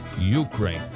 Ukraine